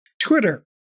Twitter